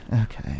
okay